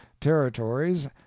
territories